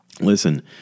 Listen